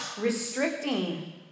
restricting